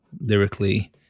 Lyrically